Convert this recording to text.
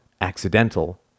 accidental